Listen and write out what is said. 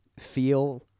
feel